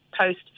post